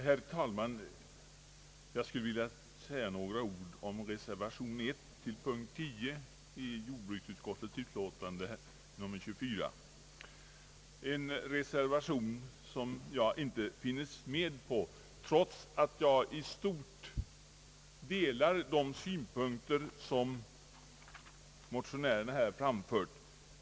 Herr talman! Jag vill säga några ord om reservation 1 till punkt 10 i jordbruksutskottets utlåtande nr 24, en reservation som jag inte finns med på trots att jag i stort delar de synpunkter som motionärerna framfört.